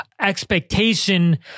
expectation